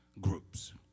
groups